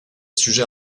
sujets